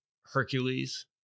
Hercules